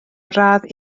radd